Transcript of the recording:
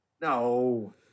No